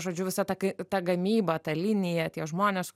žodžiu visa ta ga ta gamyba ta linija tie žmonės